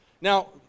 Now